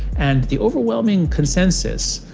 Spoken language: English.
and the overwhelming consensus,